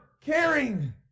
caring